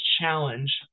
challenge